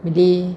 malay